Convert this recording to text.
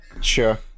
Sure